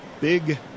big